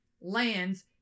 lands